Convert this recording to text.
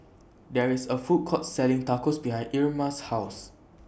There IS A Food Court Selling Tacos behind Irma's houses